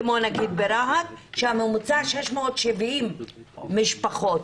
כמו למשל ברהט שהממוצע הוא 670 משפחות.